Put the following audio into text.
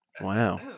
Wow